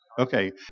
Okay